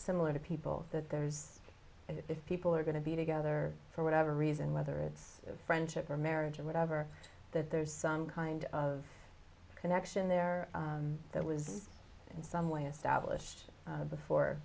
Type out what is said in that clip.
similar to people that there's and if people are going to be together for whatever reason whether it's friendship or marriage or whatever that there's some kind of connection there that was in some way established before